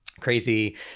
crazy